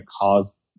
cause